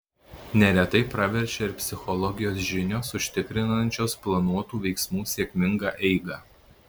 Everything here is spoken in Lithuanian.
neretai praverčia ir psichologijos žinios užtikrinančios planuotų veiksmų sėkmingą eigą